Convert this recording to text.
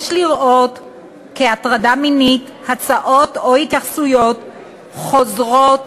יש לראות כהטרדה מינית הצעות או התייחסויות חוזרות,